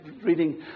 reading